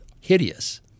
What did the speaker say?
hideous